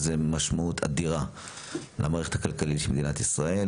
זה משמעות אדירה למערכת הכלכלית של מדינת ישראל.